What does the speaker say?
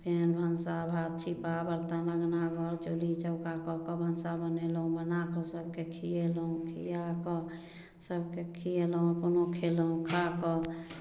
फेर भनसा भात छिपा बर्तन अङ्गना घर चूल्हि चौका कऽ कऽ भनसा बनेलहुॅं बनाकऽ सभके खिएलहुॅं खिया कऽ सभके खिएलहुॅं अपनो खेलहुॅं खाकऽ